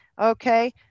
Okay